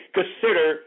consider